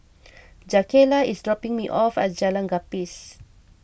Jakayla is dropping me off at Jalan Gapis